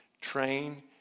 Train